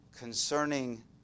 concerning